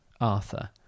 Arthur